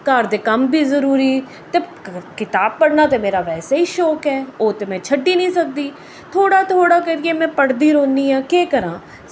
घर दे कम्म बी जरूरी ते कताब पढ़ना मेरा बैसी ही शौंक ऐ ओह् में छड्डी नी सकदी थोह्ड़ा थोह्ड़ा करियै में पढ़दी रौह्न्नी आं केह् करां